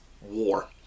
war